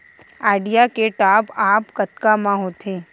Idea के top आप कतका म होथे?